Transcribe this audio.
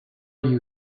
you